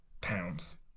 Pounds